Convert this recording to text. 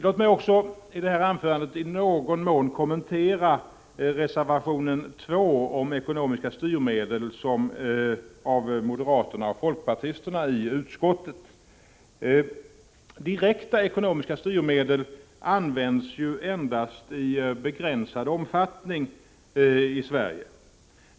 Låt mig också i det här anförandet i någon mån kommentera reservationen 2 om ekonomiska styrmedel, avgiven av moderaterna och folkpartisterna i utskottet. Direkta ekonomiska styrmedel används endast i begränsad omfattning i 89 Sverige.